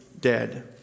dead